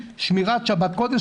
שמירת שבת קודש,